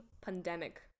pandemic